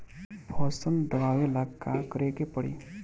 फसल दावेला का करे के परी?